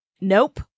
Nope